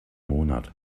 monat